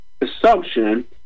assumption